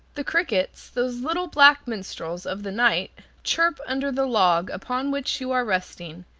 the crickets, those little black minstrels of the night, chirp under the log upon which you are resting,